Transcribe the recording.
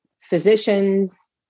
physicians